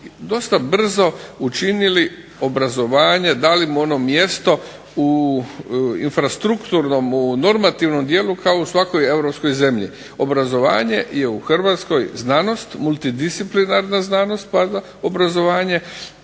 dosta brzo učinili obrazovanje, dali mu ono mjesto u infrastrukturnom, u normativnom dijelu kao u svakoj europskoj zemlji. Obrazovanje je u Hrvatskoj znanost, multidisciplinarna znanost …/Ne razumije